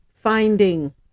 finding